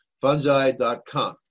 Fungi.com